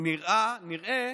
נראה